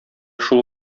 шул